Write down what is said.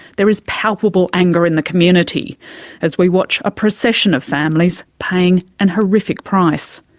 there is palpable anger in the community as we watch a procession of families paying an horrific price.